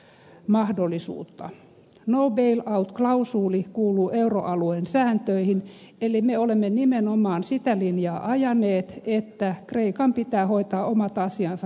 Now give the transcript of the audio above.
no bail out klausuuli kuuluu euroalueen sääntöihin eli me olemme nimenomaan sitä linjaa ajaneet että kreikan pitää hoitaa omat asiansa kuntoon